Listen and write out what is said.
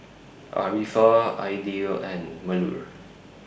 Arifa Aidil and Melur